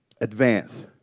advance